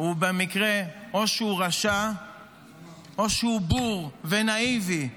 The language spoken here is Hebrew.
או שהוא רשע או שהוא בור ונאיבי.